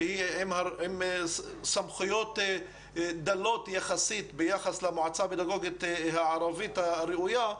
שהיא עם סמכויות דלות יחסית ביחס למועצה הפדגוגית הערבית הראויה,